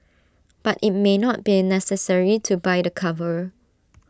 but IT may not been necessary to buy the cover